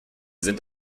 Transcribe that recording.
sind